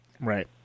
Right